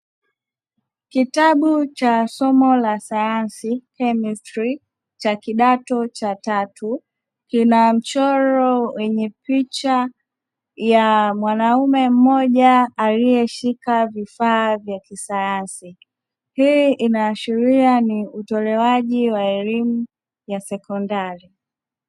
Kitabu cha somo la sayansi, Kemistri, cha kidato cha tatu kina mchoro wenye picha ya mwanaume mmoja aliyeshika vifaa vya kisayansi. Hii inaashiria ni utolewaji wa elimu ya sekondari.